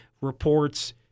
reports